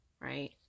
right